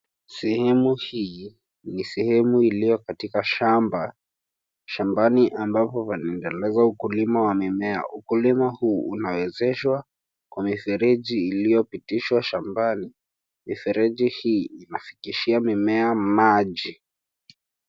Sehemu hii, ni sehemu ilio katika Shamba. Shambani ambapo panaendelezwa ukulima wa mimea. Ukulima huu unawezeshwa kwa mifereji iliopitishwa shambani, mifereji hii inafikishia mimea maji.